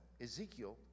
ezekiel